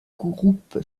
groupe